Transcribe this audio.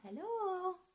Hello